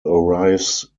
arrives